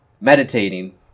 Meditating